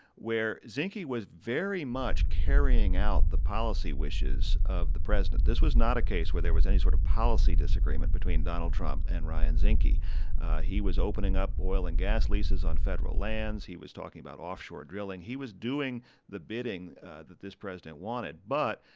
where zinke was very much carrying out the policy wishes of the president. this was not a case where there was any sort of policy disagreement between donald trump and ryan zinke. he he was opening up oil and gas leases on federal lands. he was talking about offshore drilling. he was doing the bidding that this president wanted. but,